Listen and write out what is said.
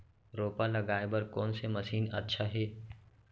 रोपा लगाय बर कोन से मशीन अच्छा हे?